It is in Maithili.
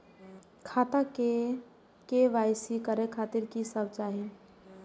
खाता के के.वाई.सी करे खातिर की सब चाही?